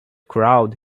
crowd